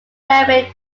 railway